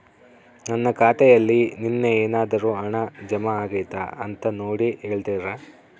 ನನ್ನ ಖಾತೆಯಲ್ಲಿ ನಿನ್ನೆ ಏನಾದರೂ ಹಣ ಜಮಾ ಆಗೈತಾ ಅಂತ ನೋಡಿ ಹೇಳ್ತೇರಾ?